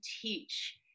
teach